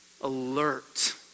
Alert